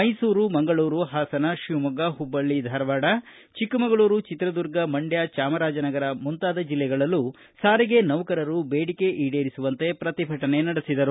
ಮೈಸೂರು ಮಂಗಳೂರು ಹಾಸನ ಶಿವಮೊಗ್ಗ ಹುಬ್ಬಳ್ಳಿ ಧಾರವಾಡ ಚಿಕ್ಕಮಗಳೂರು ಚಿತ್ರದುರ್ಗ ಮಂಡ್ಯ ಜಾಮರಾಜನಗರ ಮುಂತಾದ ಜಿಲ್ಲೆಗಳಲ್ಲೂ ಸಾರಿಗೆ ನೌಕರರು ಬೇಡಿಕೆ ಈಡೇರಿಸುವಂತೆ ಪ್ರತಿಭಟನೆ ನಡೆಸಿದರು